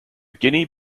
guinea